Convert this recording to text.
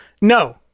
no